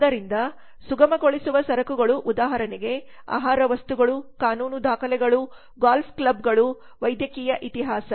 ಆದ್ದರಿಂದ ಸುಗಮಗೊಳಿಸುವ ಸರಕುಗಳು ಉದಾಹರಣೆಗೆ ಆಹಾರ ವಸ್ತುಗಳು ಕಾನೂನು ದಾಖಲೆಗಳು ಗಾಲ್ಫ್ ಕ್ಲಬ್ ಗಳು ವೈದ್ಯಕೀಯ ಇತಿಹಾಸ